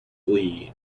lee